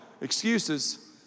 Excuses